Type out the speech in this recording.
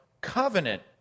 covenant